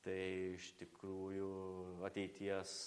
tai iš tikrųjų ateities